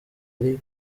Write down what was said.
ari